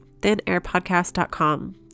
thinairpodcast.com